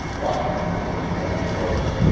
watching things go from bad to worse.